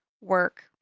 work